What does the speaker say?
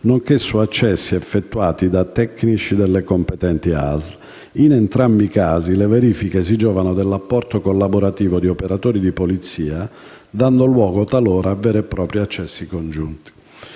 nonché su accessi effettuati da tecnici delle competenti ASL. In entrambi i casi, le verifiche si giovano dell'apporto collaborativo di operatori di polizia, dando luogo talora a veri e propri accessi congiunti.